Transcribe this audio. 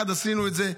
עשינו את זה ביחד.